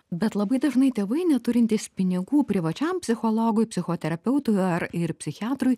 bet labai dažnai tėvai neturintys pinigų privačiam psichologui psichoterapeutui ar ir psichiatrui